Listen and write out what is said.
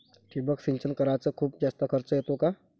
ठिबक सिंचन कराच खूप जास्त खर्च येतो का?